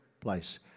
place